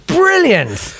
brilliant